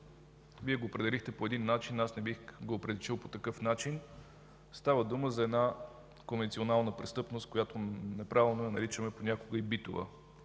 Вие го определихте по един начин, аз не бих го оприличил по такъв начин. Става дума за една конвенционална престъпност, която понякога неправилно я наричаме и битова.